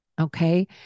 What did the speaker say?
Okay